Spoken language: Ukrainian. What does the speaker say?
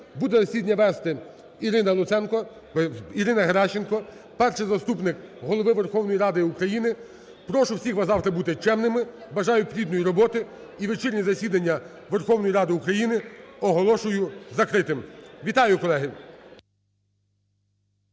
Буде засідання вести Ірина Луценко, Ірина Геращенко перший заступник Голови Верховної Ради України. Прошу всіх вас бути чемними. Бажаю плідної роботи. І вечірнє засідання Верховної Ради України оголошую закритим. Вітаю, колеги!